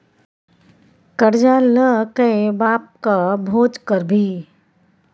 करजा ल कए बापक भोज करभी?